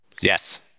Yes